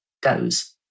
goes